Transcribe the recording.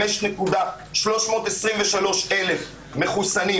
יש בסך הכול 5.323,000 מחוסנים,